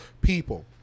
people